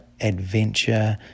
adventure